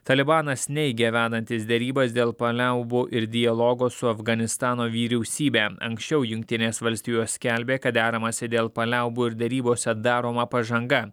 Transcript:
talibanas neigia vedantis derybas dėl paliaubų ir dialogo su afganistano vyriausybe anksčiau jungtinės valstijos skelbė kad deramasi dėl paliaubų ir derybose daroma pažanga